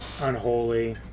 Unholy